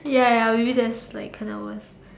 ya ya maybe just like ten hours